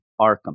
Arkham